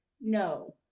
no